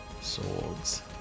Swords